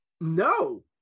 no